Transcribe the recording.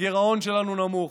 הגירעון שלנו נמוך,